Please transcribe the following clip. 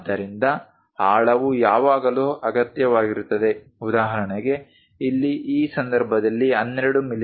ಆದ್ದರಿಂದ ಆಳವು ಯಾವಾಗಲೂ ಅಗತ್ಯವಾಗಿರುತ್ತದೆ ಉದಾಹರಣೆಗೆ ಇಲ್ಲಿ ಈ ಸಂದರ್ಭದಲ್ಲಿ 12 ಮಿ